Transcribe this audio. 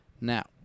Now